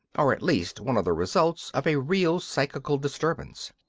or at least one of the results of a real psychical disturbance.